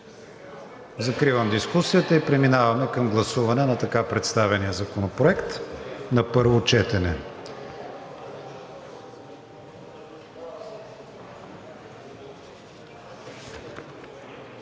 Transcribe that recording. Закривам дискусията и преминаваме към гласуване на така представения Законопроект на първо четене.